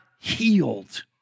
healed